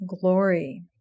glory